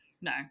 no